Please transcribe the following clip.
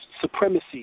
supremacy